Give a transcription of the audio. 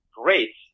great